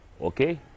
okay